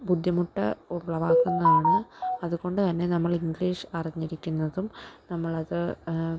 ബുദ്ധിമുട്ട് ഉളവാക്കുന്നതാണ് അതുകൊണ്ടു തന്നെ നമ്മളിംഗ്ലീഷ് അറിഞ്ഞിരിക്കുന്നതും നമ്മളത്